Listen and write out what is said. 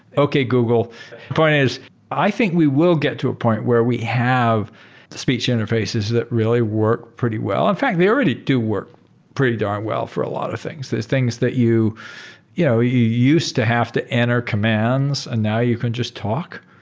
okay, google. the point is i think we will get to a point where we have the speech interfaces that really work pretty well. in fact, they already do work pretty darn well for a lot of things. these things that you you know you used to have to enter commands, and now you can just talk.